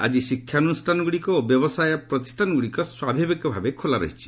ଆଜି ଶିକ୍ଷାନୁଷ୍ଠାନଗୁଡ଼ିକ ଓ ବ୍ୟବସାୟୀକ ପ୍ରତିଷ୍ଠାନଗୁଡ଼ିକ ସ୍ୱାଭାବିକ ଭାବେ ଖୋଲା ରହିଛି